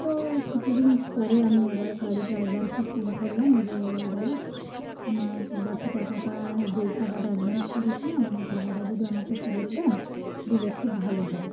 তো কিছুদিন পরে আমি আবার গাড়ির ড্রাইভারকে ফোন করলাম যে দাদা আমার বাকি টাকাটা যে টাকাটা অ্যাডভান্স করেছিলাম ওই টাকাটা যদি আমাকে ফেরত দেন দিলে খুব ভালো হয়